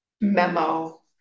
memo